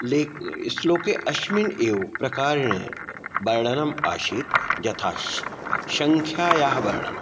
lake श्लोके अस्मिन् एव प्रकारेण वर्णनम् आसीत् यथा सङ्ख्यायाः वर्णनं